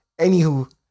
anywho